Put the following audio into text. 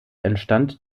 entstand